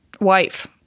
Wife